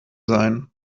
sein